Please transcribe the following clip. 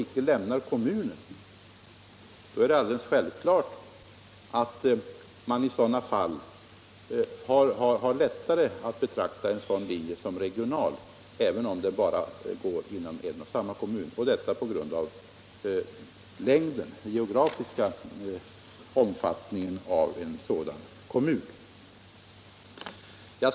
I dessa fall är det självklart lättare att betrakta en sådan linje som regional även om den går igenom en och samma kommun, detta på grund av den geografiska utsträckningen av kommunen.